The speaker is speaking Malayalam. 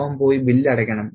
അവൻ പോയി ബില്ലടയ്ക്കണം